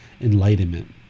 enlightenment